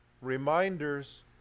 reminders